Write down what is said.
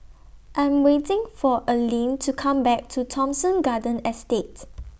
I'm waiting For Aleen to Come Back to Thomson Garden Estate